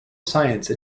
science